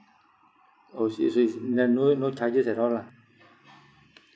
orh si~ so it's n~ no no charges at all lah